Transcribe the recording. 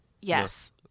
Yes